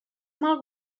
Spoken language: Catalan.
mal